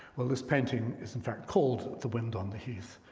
well, this painting is in fact called the wind on the heath.